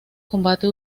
combate